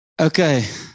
Okay